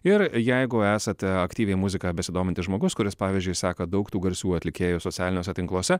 ir jeigu esate aktyviai muzika besidomintis žmogus kuris pavyzdžiui seka daug tų garsių atlikėjų socialiniuose tinkluose